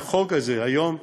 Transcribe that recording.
החוק הזה היום,